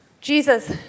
Jesus